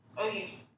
Okay